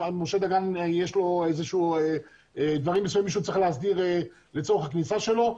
משה דגן יש לו דברים מסוימים שהוא צריך להסדיר לצורך הכניסה שלו.